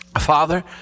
Father